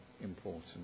important